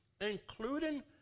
including